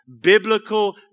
biblical